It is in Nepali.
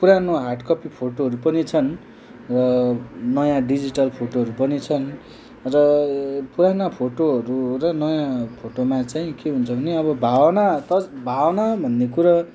पुरानो हार्ड कपी फोटोहरू पनि छन् र नयाँ डिजिटल फोटोहरू पनि छन् र पुरानो फोटोहरू र नयाँ फोटोमा चाहिँ के हुन्छ भने अब भवना त भावना भन्ने कुरा